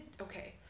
okay